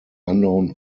unknown